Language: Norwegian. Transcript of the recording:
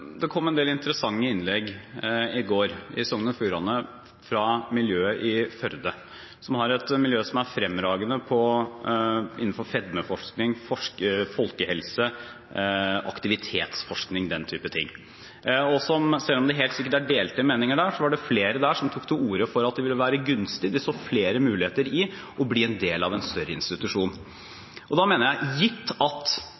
Det kom en del interessante innlegg i går i Sogn og Fjordane fra miljøet i Førde, som er et miljø som er fremragende innenfor fedmeforskning, forskning på folkehelse, aktivitetsforskning og den typen ting. Selv om det helt sikkert er delte meninger der, var det flere som tok til orde for at det ville være gunstig – de så flere muligheter i – å bli en del av en større institusjon. Gitt at undervisningen både på høyskoler og